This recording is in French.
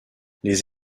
les